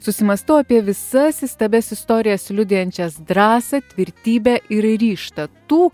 susimąstau apie visas įstabias istorijas liudijančias drąsą tvirtybę ir ryžtą tų